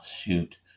shoot